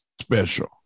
special